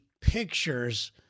pictures